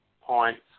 points